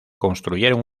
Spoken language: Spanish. construyeron